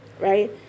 right